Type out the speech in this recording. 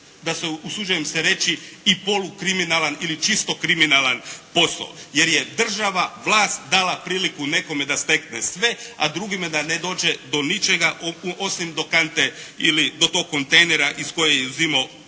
da su, usuđujem se reći i polu kriminalan ili čisto kriminalan posao. Jer je država vlast dala priliku nekome da stekne sve, a drugima da ne dođe do ničega osim do kante ili do tog kontejnera iz koje je uzimao